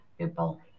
people